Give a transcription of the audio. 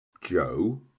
joe